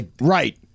Right